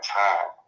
time